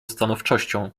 stanowczością